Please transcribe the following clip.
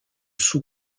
sous